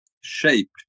shaped